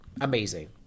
Amazing